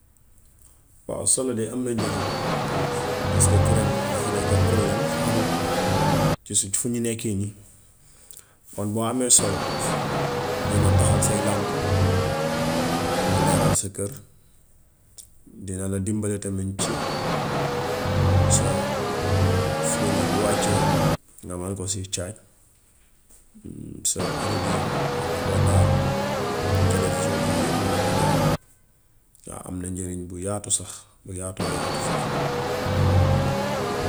Waaw solar de am na njariñ paska koren dafa nekka porolem hamul fi ñu nekkee nii. Kon boo amee solar dina tahaal say làmp, mu leeral sa kër, dina la dimbali tamit ci sa phone yi bu wàccee nga man ko ci charge, sa rëdiyoo man na koo tahaal, television yooy yépp man na koo tahaal waaw am na njëriñ bu yaatu sax bu yaatoo yaatu sax.